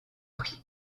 prix